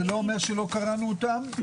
זה לא אומר שלא קראנו אותן.